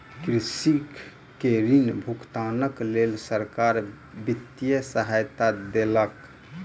कृषक के ऋण भुगतानक लेल सरकार वित्तीय सहायता देलक